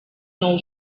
nou